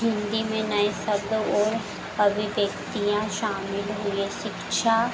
हिन्दी में नए शब्द और अभिव्यक्तियाँ शामिल हुई हैं शिक्षा